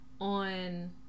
on